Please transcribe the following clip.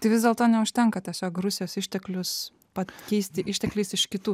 tai vis dėlto neužtenka tiesiog rusijos išteklius pakeisti ištekliais iš kitų